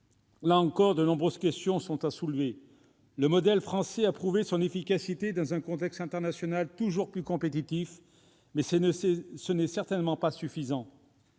également, de nombreuses questions se posent. Le modèle français a prouvé son efficacité dans un contexte international toujours plus compétitif, mais ce n'est certainement pas suffisant.